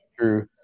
True